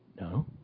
No